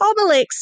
Obelix